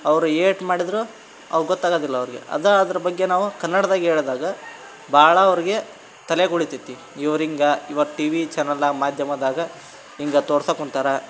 ಅವರು ಎಷ್ಟು ಮಾಡಿದ್ರೂ ಅವು ಗೊತ್ತಾಗೋದಿಲ್ಲ ಅವ್ರಿಗೆ ಅದು ಅದ್ರ ಬಗ್ಗೆ ನಾವು ಕನ್ನಡ್ದಾಗ್ ಹೇಳ್ದಾಗ ಭಾಳ ಅವ್ರಿಗೆ ತಲೆಗೆ ಉಳೀತದೆ ಇವ್ರು ಹೀಗ ಇವತ್ತು ಟಿವಿ ಚಾನಲ್ನಲ್ಲಿ ಮಾಧ್ಯಮದಾಗ ಹೀಗೆ ತೋರ್ಸೋಕುಂತಾರೆ